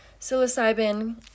psilocybin